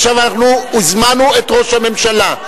עכשיו אנחנו הזמנו את ראש הממשלה.